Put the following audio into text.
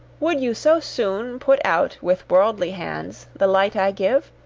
would you so soon put out, with worldly hands, the light i give?